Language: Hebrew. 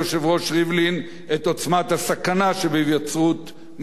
את עוצמת הסכנה שבהיווצרות מציאות דו-לאומית.